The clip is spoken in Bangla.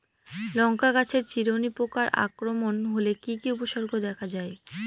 লঙ্কা গাছের চিরুনি পোকার আক্রমণ হলে কি কি উপসর্গ দেখা যায়?